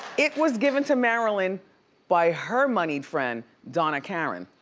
it was given to marilyn by her moneyed friend donna karan.